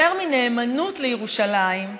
יותר מנאמנות לירושלים,